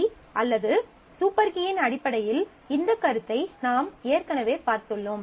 key அல்லது super கீயின் அடிப்படையில் இந்த கருத்தை நாம் ஏற்கனவே பார்த்துள்ளோம்